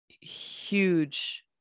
huge